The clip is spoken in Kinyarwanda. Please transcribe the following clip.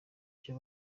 icyo